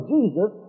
Jesus